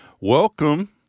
welcome